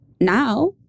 now